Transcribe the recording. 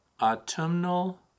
Autumnal